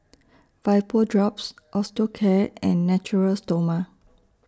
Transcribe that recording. Vapodrops Osteocare and Natura Stoma